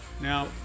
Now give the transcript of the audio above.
Now